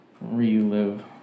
relive